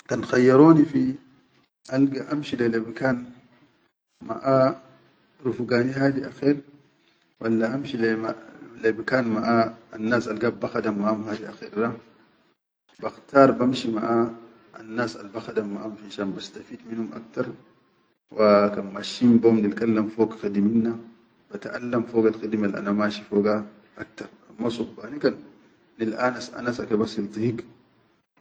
Kan khayyaroni fi alga amshi lai le bikan maʼa rufugani hadi akher, walla amshi lai le bikan maʼa annas albakha dam maʼaahum hadi akher da, bakhtar bamshi maʼa annas albakhadam maʼam finshan bastafid minnum aktar, wa kan masshin bom nilkallam fog khidiminna, bataʼallam fogal khidimel ana mashi foga aktar, amma suhbani kan nilʼanas anasa kebas hil tihik.